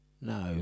no